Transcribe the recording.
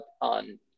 on